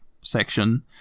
section